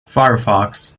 firefox